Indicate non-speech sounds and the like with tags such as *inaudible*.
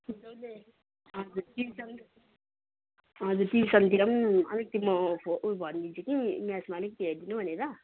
*unintelligible* हजुर ट्युसनतिर पनि अलिकति म उयो भनिदिन्छु कि म्याथमा अलिकति हेरिदिनु भनेर